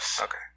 Okay